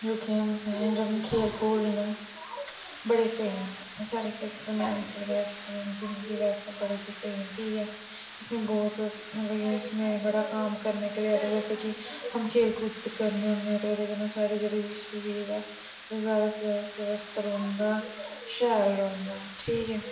जो गेम्स हैं जो खेल खूल न बड़े स्हेई न एह् साढ़े फिजीकल मैंटल बास्तै जिंदगी बास्तै बड़े गै स्हेई न ठीक ऐ इसमें बहुत मतलब इसमें बड़ा काम करने के लिए जैसे कि हम खेल कूद करने होन्ने ते ओह्दे कन्नै साढ़ी जेह्ड़ी शरीर ऐ एह् ज्यादा शा ज्यादा स्वस्थ रौंह्दा शैल रौंहदा ठीक ऐ